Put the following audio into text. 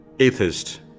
atheist